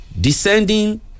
Descending